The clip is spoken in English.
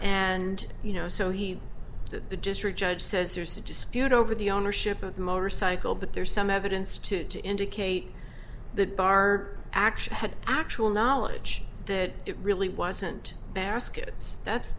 and you know so he that the district judge says there's a dispute over the ownership of the motorcycle but there's some evidence to indicate that bar actually had actual knowledge that it really wasn't baskets that's